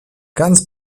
ganz